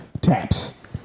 Taps